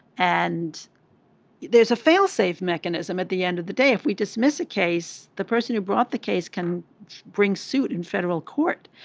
and there's a failsafe mechanism at the end of the day if we dismiss a case the person who brought the case can bring suit in federal court.